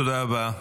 תודה רבה.